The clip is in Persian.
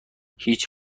هیچ